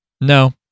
No